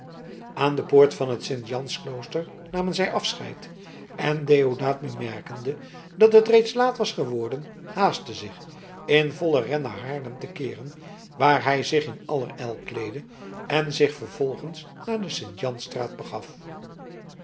aan de poort van het sint jans klooster namen zij afscheid en deodaat bemerkende dat het reeds laat was geworden haastte zich in vollen ren naar haarlem te keeren waar hij zich in aller ijl kleedde en zich vervolgens naar de sint jans straat begaf